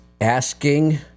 asking